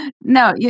No